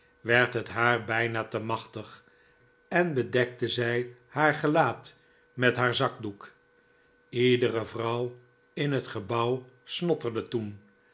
werd het haar bijna te machtig en bedekte zij haar gelaat met haar zakdoek ledere vrouw in het gebouw snotterde toen